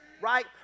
right